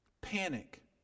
Panic